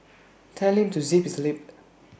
tell him to zip his lip